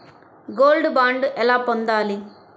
Gold bond ఎలా పొందాలి?